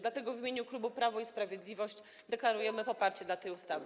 Dlatego w imieniu klubu Prawo i Sprawiedliwość deklarujemy poparcie dla tej ustawy.